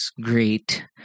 great